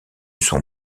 son